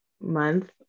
month